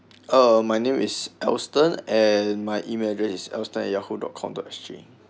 uh my name is alston and my email address is alston at yahoo dot com dot s g